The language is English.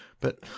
But